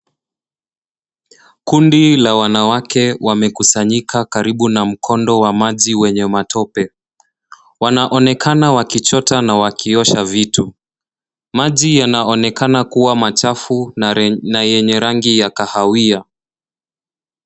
Kundi la wanawake wamekusanyika karibu na mkondo wa maji wenye matope. Wanaonekana wakichota na wakiosha vitu, maji yanaonekana kuwa machafu na yenye rangi ya kahawia.